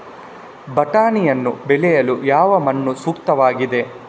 ಬಟಾಣಿಯನ್ನು ಬೆಳೆಯಲು ಯಾವ ಮಣ್ಣು ಸೂಕ್ತವಾಗಿದೆ?